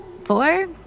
Four